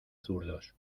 zurdos